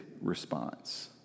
response